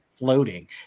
floating